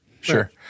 Sure